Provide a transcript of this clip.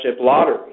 lottery